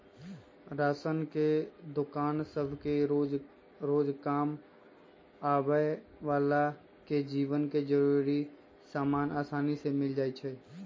ration के दोकान सभसे रोजकाम आबय बला के जीवन के जरूरी समान असानी से मिल जाइ छइ